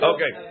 Okay